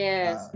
Yes